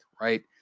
Right